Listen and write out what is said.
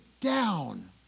down